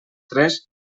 tres